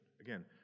again